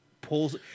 pulls